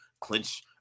clinch